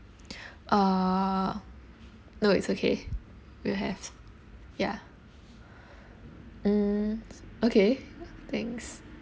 uh no it's okay we'll have ya mm okay thanks